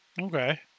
Okay